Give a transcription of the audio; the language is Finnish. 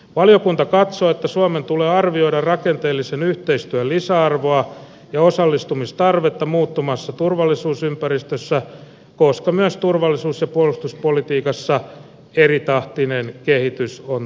valiokunta katsoo että suomen tulee arvioida rakenteellisen yhteistyön lisäarvoa ja osallistumistarvetta muuttuvassa turvallisuusympäristössä koska myös turvallisuus ja puolustuspolitiikassa eritahtinen kehitys on todennäköistä